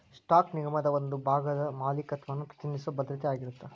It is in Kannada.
ಸ್ಟಾಕ್ ನಿಗಮದ ಒಂದ ಭಾಗದ ಮಾಲೇಕತ್ವನ ಪ್ರತಿನಿಧಿಸೊ ಭದ್ರತೆ ಆಗಿರತ್ತ